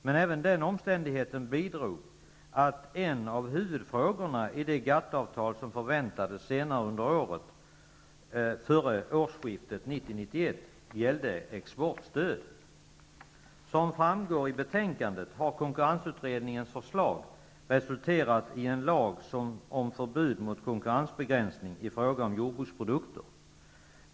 Men även den omständigheten bidrog till att en av huvudfrågorna i det GATT-avtal som förväntades senare under året, dvs. före årsskiftet Som framgår i betänkandet har konkurrensutredningens förslag resulterat i en lag om förbud mot konkurrensbegränsning i fråga om jordbruksprodukter.